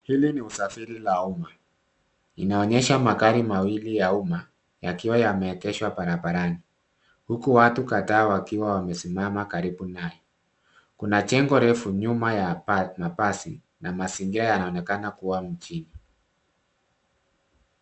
Hili ni usafiri wa umma. Inaonyesha magari mawili ya umma yakiwa yameegeshwa barabarani. Huku watu kadhaa wakiwa wamesimama karibu naye. Kuna jengo refu nyuma ya mabasi, na mazingira yanaonekana kuwa mjini.